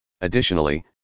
Additionally